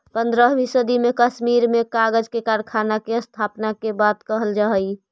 पँद्रहवीं सदी में कश्मीर में कागज के कारखाना के स्थापना के बात कहल जा हई